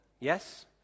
Yes